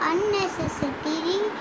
Unnecessary